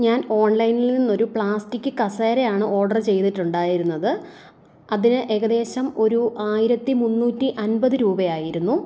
ഞാൻ ഓൺലൈനിൽ നിന്ന് ഒരു പ്ലാസ്റ്റിക് കസേരയാണ് ഓർഡർ ചെയ്തിട്ടുണ്ടായിരുന്നത് അതിന് ഏകദേശം ഒരു ആയിരത്തി മുന്നൂറ്റി അൻപത് രൂപയായിരുന്നു